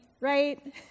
right